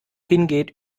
hingeht